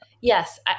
Yes